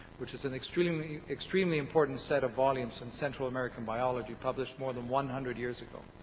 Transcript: which is an extremely extremely important set of volumes in central american biology published more than one hundred years ago.